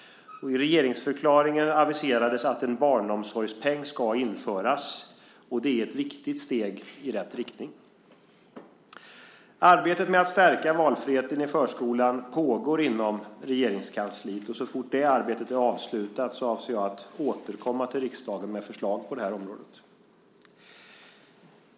I regeringsförklaringen aviserades att en barnomsorgspeng ska införas. Det är ett viktigt steg i rätt riktning. Arbetet med att stärka valfriheten i förskolan pågår inom Regeringskansliet. Så fort det arbetet är avslutat avser jag att återkomma till riksdagen med förslag på detta område.